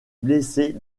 blessés